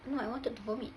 no I wanted to vomit